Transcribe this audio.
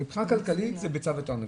מבחינה כלכלית זה ביצה ותרנגולת.